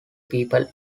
people